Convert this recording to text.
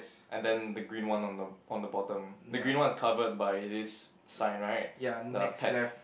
and then the green one on the on the bottom the green one is covered by this sign right the pet